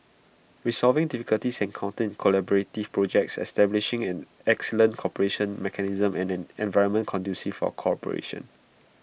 resolving difficulties encountered collaborative projects establishing an excellent cooperation mechanism and an environment conducive for cooperation